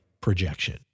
projection